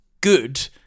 good